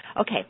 Okay